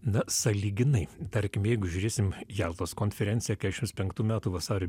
na sąlyginai tarkim jeigu žiūrėsim jaltos konferenciją keturiasdešimt penktų metų vasario